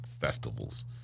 festivals